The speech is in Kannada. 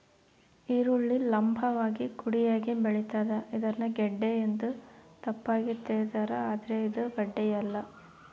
ಈರುಳ್ಳಿ ಲಂಭವಾಗಿ ಕುಡಿಯಾಗಿ ಬೆಳಿತಾದ ಇದನ್ನ ಗೆಡ್ಡೆ ಎಂದು ತಪ್ಪಾಗಿ ತಿಳಿದಾರ ಆದ್ರೆ ಇದು ಗಡ್ಡೆಯಲ್ಲ